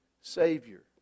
Savior